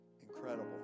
Incredible